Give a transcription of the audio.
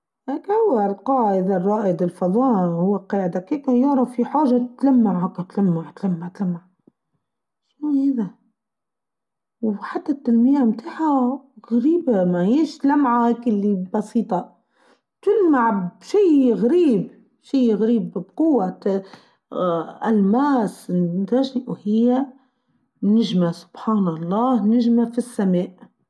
هاكو ألقاه هاذا الرائد الفظاء و هو قاعد هكيك يعرف يحوجه تلمع هاكا تلمع تلمع تلمع شنو هاذا و حتى التلميع تاعها غريبة ماهيش لمعه بسيطه كل يلمع شئ غريب شئ غريب بقوه اا ألماس تاشوهى نجمه سبحان الله نجمه فالسماء.